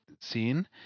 scene